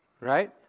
right